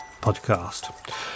podcast